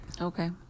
okay